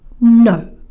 No